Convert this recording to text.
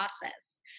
process